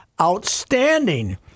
outstanding